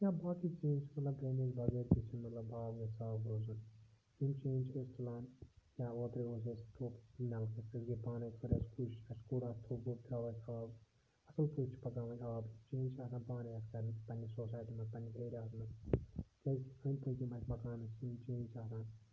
یا باقٕے چیٖز سُلب ڈرینیج وغٲر تہِ چھُ مطلب باغ گَژھِ صاف روزُن یِم چیٖز چھِ أسۍ تُلان یا اوترٕے اوس اَسہِ تھوٚپ نَلکَس أسۍ گٔے پانٕے کٔر اَسہِ کوٗشِش اَسہِ کوٚڈ اَتھ تھوٚپ ووٚپ ترٛاو اَسہِ آب اَصٕل پٲٹھۍ چھُ پکان وۅنۍ آب چینج چھِ آسان پانٕے اَتھ کَرٕنۍ پَنٕنہِ سوسایٹی منٛز پَنٕنہِ ایٚرِیاہَس منٛز کیٛازِکہِ أنٛدۍ پٔکۍ یِم اَسہِ مکانہٕ یِم چینج چھِ اَنان